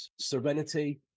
Serenity